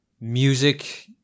music